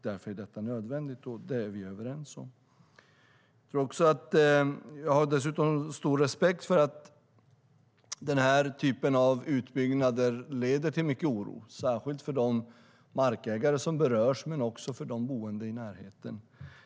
Därför är detta nödvändigt, och det är vi överens om. Jag har dessutom stor respekt för att den här typen av utbyggnader leder till mycket oro, särskilt för de markägare som berörs men också för de boende i närheten.